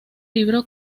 libro